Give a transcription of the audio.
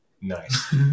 Nice